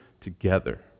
together